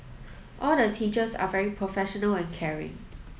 all the teachers are very professional and caring